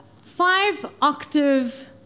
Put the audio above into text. five-octave